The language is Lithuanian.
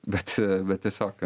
bet bet tiesiog